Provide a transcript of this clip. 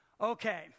Okay